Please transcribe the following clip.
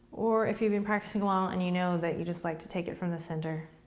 or if you've been practicing a while and you know that you just like to take it from the center,